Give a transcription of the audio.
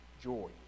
Joy